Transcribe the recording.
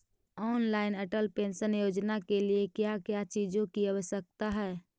Online Atal pension योजना के लिए क्या क्या चीजों की आवश्यकता है?